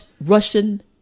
Russian